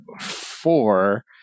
four